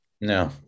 no